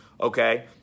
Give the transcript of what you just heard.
okay